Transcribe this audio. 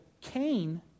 Cain